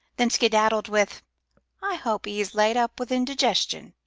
then skedaddled with i hope e's laid up with indigestion,